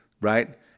Right